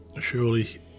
surely